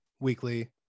weekly